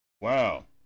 Wow